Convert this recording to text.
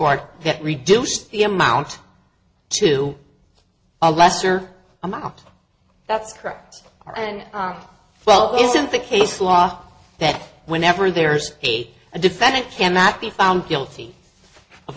court that reduced the amount to a lesser amount that's correct r n well isn't the case law for that whenever there's a defendant cannot be found guilty of